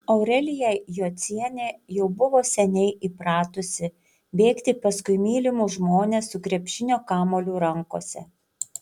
aurelija jocienė jau buvo seniai įpratusi bėgti paskui mylimus žmones su krepšinio kamuoliu rankose